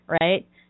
right